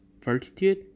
fortitude